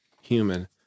human